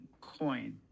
coin